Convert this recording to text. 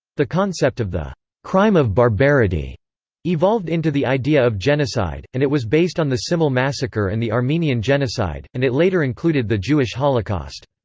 the concept of the crime of barbarity evolved into the idea of genocide, and it was based on the simele massacre and the armenian genocide, and it later included the jewish holocaust.